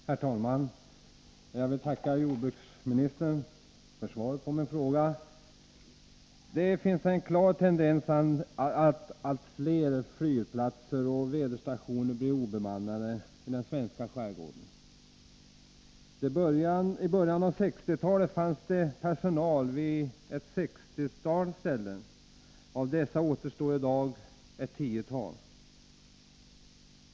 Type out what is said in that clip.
Herr talman! Jag vill tacka jordbruksministern för svaret på min fråga. Det finns en klar tendens till att allt fler fyrplatser och väderstationer blir obemannade i den svenska skärgården. I början av 1960-talet fanns det personal på ett sextiotal ställen. Av dessa återstår i dag ett tiotal.